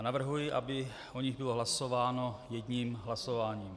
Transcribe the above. Navrhuji, aby o nich bylo hlasováno jedním hlasováním.